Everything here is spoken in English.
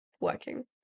working